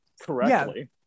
correctly